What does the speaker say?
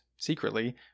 secretly